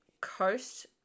coast